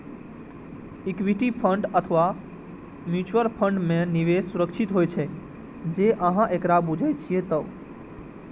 equity fund अथवा mutual fund मे निवेश सुरक्षित होइ छै, जौं अहां एकरा बूझे छियै तब